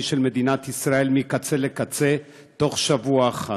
של מדינת ישראל מקצה לקצה בתוך שבוע אחד.